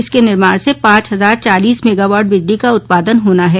इसके निर्माण से पांच हजार चालीस मेगावाट बिजली का उत्पादन होना हैं